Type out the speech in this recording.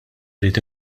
rrid